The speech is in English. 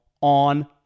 on